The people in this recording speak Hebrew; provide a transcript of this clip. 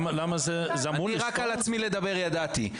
רק על עצמי לדבר ידעתי.